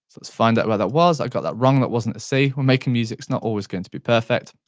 let's find out where that was, i got that wrong that wasn't the c, when making music it's not always going to be perfect.